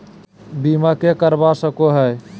बीमा के करवा सको है?